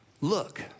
Look